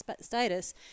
status